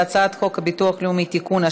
הצעת חוק הביטוח הלאומי (תיקון,